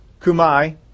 Kumai